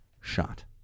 shot